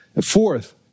Fourth